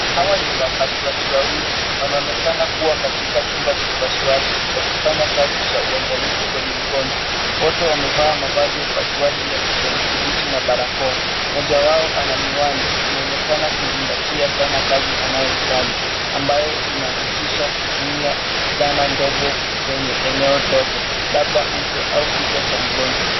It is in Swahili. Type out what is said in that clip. Hawa ni wapasuaji wawili, wanaonekana kuwa katika chumba cha upasuaji, wakifanya kazi cha uangalifu kwenye mgonjwa. Wote wamevaa mavazi ya upasuaji ya kijani kibichi na barakoa. Mmoja wao ana miwani, anaonekana kuzingatia sana kazi anayoifanya ambayo inahusisha kutumia zana ndogo kwenye eneo dogo. Labda uso au kichwa cha mgonjwa.